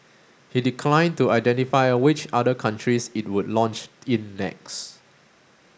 he declined to identify which other countries it would launch in next